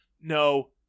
No